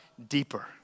deeper